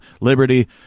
liberty